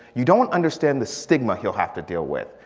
you don't understand the stigma he'll have to deal with.